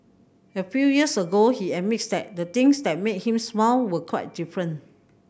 a few years ago he admits that the things that made him smile were quite different